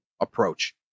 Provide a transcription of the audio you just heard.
approach